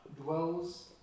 dwells